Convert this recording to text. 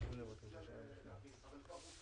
שהוועדה ביקשה להאריך עד